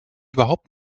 überhaupt